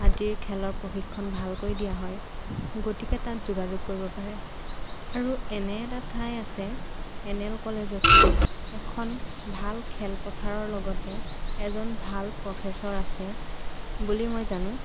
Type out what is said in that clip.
আদিৰ খেলৰ প্ৰশিক্ষণ ভালকৈ দিয়া হয় গতিকে তাত যোগাযোগ কৰিব পাৰে আৰু এনে এটা ঠাই আছে এন এল কলেজতো এখন ভাল খেলপথাৰৰ লগতে এজন ভাল প্ৰফেচৰ আছে বুলি মই জানো